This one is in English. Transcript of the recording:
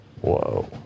Whoa